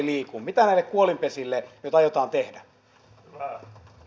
mitä näille kuolinpesille nyt aiotaan tehdä